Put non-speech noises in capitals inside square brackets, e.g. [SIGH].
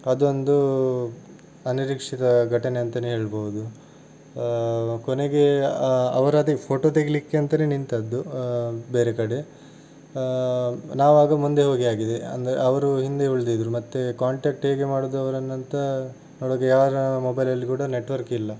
ಅದೊಂದು ಅನಿರೀಕ್ಷಿತ ಘಟನೆ ಅಂತಲೇ ಹೇಳಬಹುದು ಕೊನೆಗೆ ಅವರು ಅದೇ ಫೋಟೋ ತೆಗೀಲಿಕ್ಕೆ ಅಂತಲೇ ನಿಂತದ್ದು ಬೇರೆ ಕಡೆ ನಾವು ಆಗ ಮುಂದೆ ಹೋಗಿ ಆಗಿದೆ ಅಂದರೆ ಅವರು ಹಿಂದೆ ಉಳಿದಿದ್ದರು ಮತ್ತೆ ಕಾಂಟ್ಯಾಕ್ಟ್ ಹೇಗೆ ಮಾಡುದವ್ರನ್ನಂತ [UNINTELLIGIBLE] ಯಾರ ಮೊಬೈಲಲ್ಲಿ ಕೂಡ ನೆಟ್ವರ್ಕ್ ಇಲ್ಲ